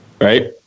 right